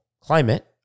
climate